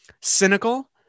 cynical